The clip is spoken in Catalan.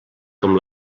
com